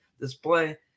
display